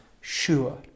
sure